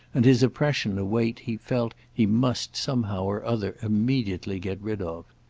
and his oppression a weight he felt he must somehow or other immediately get rid of.